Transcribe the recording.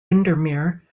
windermere